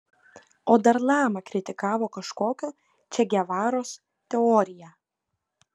o dar lama kritikavo kažkokio če gevaros teoriją